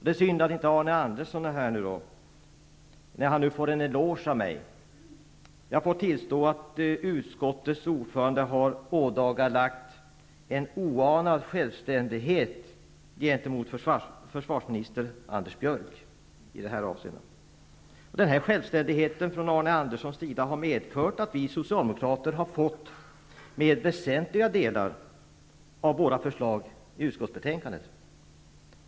Det är synd att Arne Andersson inte är här när han nu skall få en eloge av mig. Jag får tillstå att utskottets ordförande i det här avseendet har ådagalagt en oanad självständighet gentemot försvarsminister Anders Björck. Den här självständigheten från Arne Anderssons sida har medfört att vi socialdemokrater har fått med väsentliga delar av våra förslag i utskottsbetänkandet.